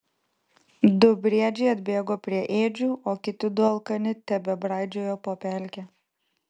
du briedžiai atbėgo prie ėdžių o kiti du alkani tebebraidžiojo po pelkę